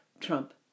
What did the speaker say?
Trump